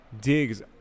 digs